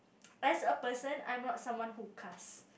as a person I'm not someone who cuss